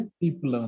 people